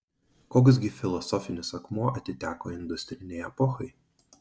koks gi filosofinis akmuo atiteko industrinei epochai